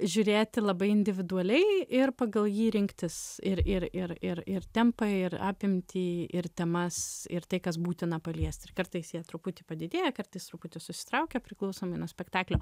žiūrėti labai individualiai ir pagal jį rinktis ir ir ir ir ir tempą ir apimtį ir temas ir tai kas būtina paliesti ir kartais jie truputį padidėja kartais truputį susitraukia priklausomai nuo spektaklio